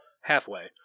halfway